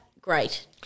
great